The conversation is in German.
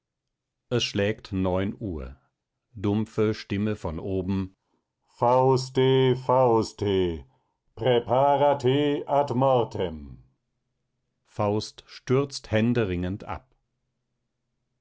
es schlägt neun uhr dumpfe stimme von oben fauste fauste praepara te ad mortem faust stürzt händeringend ab